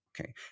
okay